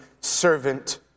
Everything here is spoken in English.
servant